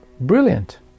brilliant